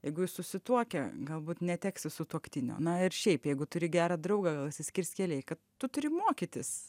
jeigu jūs susituokę galbūt neteksi sutuoktinio na ir šiaip jeigu turi gerą draugą gal išsiskirs keliai kad tu turi mokytis